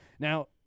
Now